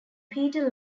peter